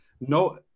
no